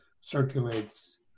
circulates